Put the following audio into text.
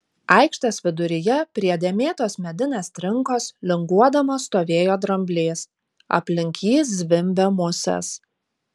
aikštės viduryje prie dėmėtos medinės trinkos linguodamas stovėjo dramblys aplink jį zvimbė musės